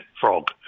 frog